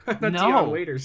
No